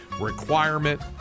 requirement